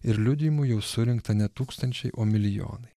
ir liudijimų jau surinkta ne tūkstančiai o milijonai